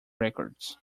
records